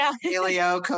Helio